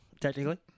technically